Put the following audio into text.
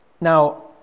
Now